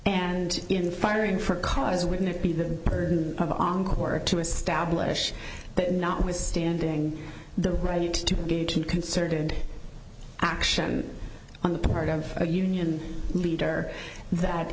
and in firing for cause wouldn't it be the burden of on court to establish that notwithstanding the right to engage in concerted action on the part of a union leader that